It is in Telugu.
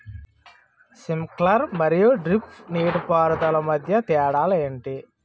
స్ప్రింక్లర్ మరియు డ్రిప్ నీటిపారుదల మధ్య తేడాలు ఏంటి?